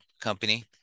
company